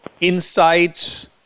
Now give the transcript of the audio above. insights